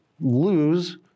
lose